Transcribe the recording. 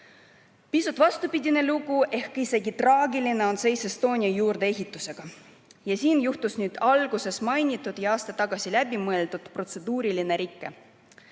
Pisut vastupidine lugu ehk isegi traagiline on seis Estonia juurdeehitisega. Siin juhtus see alguses mainitud aasta tagasi tehtud protseduuriline viga.